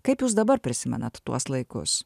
kaip jūs dabar prisimenat tuos laikus